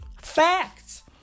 Facts